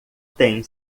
tem